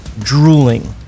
Drooling